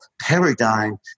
paradigm